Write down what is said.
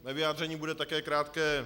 Mé vyjádření bude také krátké.